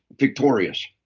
victorious.